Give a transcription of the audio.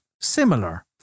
similar